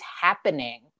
happening